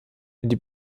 die